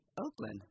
Oakland